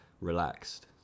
relaxed